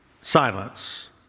Silence